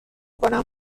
کنم